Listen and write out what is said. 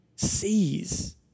Sees